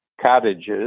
cottages